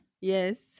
Yes